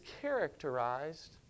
characterized